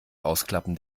ausklappen